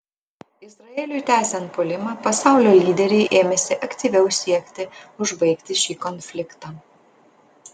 izraeliui tęsiant puolimą pasaulio lyderiai ėmėsi aktyviau siekti užbaigti šį konfliktą